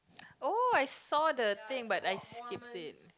oh I saw the thing but I skip it